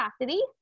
capacity